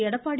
Edappadi